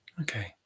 Okay